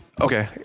Okay